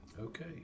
Okay